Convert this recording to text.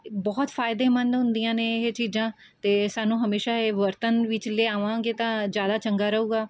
ਬਹੁਤ ਫ਼ਾਇਦੇਮੰਦ ਹੁੰਦੀਆਂ ਨੇ ਇਹ ਚੀਜ਼ਾਂ ਅਤੇ ਸਾਨੂੰ ਹਮੇਸ਼ਾ ਇਹ ਵਰਤਣ ਵਿੱਚ ਲਿਆਵਾਂਗੇ ਤਾਂ ਜ਼ਿਆਦਾ ਚੰਗਾ ਰਹੇਗਾ